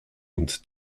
und